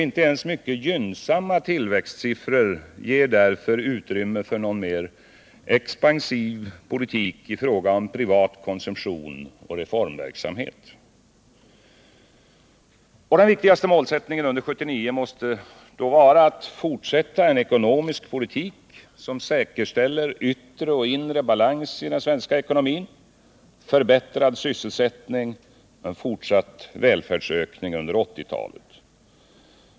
Inte ens mycket gynnsamma tillväxtsiffror ger därför utrymme för någon mer expansiv politik i fråga om privat konsumtion och reformverksamhet. Den viktigaste målsättningen under 1979 måste vara att fortsätta en ekonomisk politik som säkerställer yttre och inre balans i den svenska ekonomin, förbättrad sysselsättning och en fortsatt välfärdsökning under 1980-talet.